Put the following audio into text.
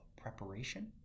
preparation